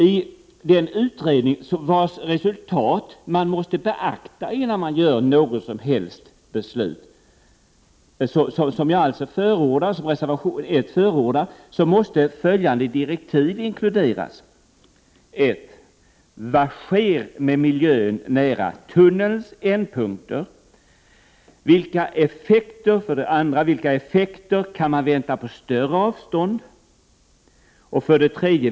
I den utredning, vars resultat måste beaktas innan något som helst beslut fattas, vilket förordas i reservation 1, måste följande direktiv inkluderas: 1. Vad sker med miljön nära tunnelns ändpunkter? 2. Vilka effekter kan väntas på större avstånd? 3.